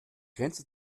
grenze